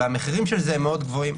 והמחירים של זה הם מאוד גבוהים.